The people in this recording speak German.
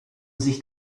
sich